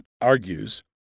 argues